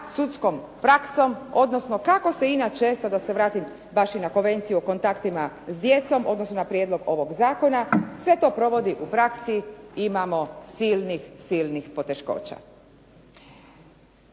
sudskom praksom, odnosno kako se inače, sad da se vratim baš i na Konvenciju o kontaktima s djecom, odnosno na prijedlog ovog zakona, sve to provodi u praksi imamo silnih, silnih poteškoća.